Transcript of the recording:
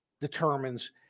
determines